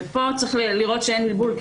פה צריך לראות שאין בלבול,